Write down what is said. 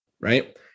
right